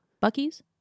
Bucky's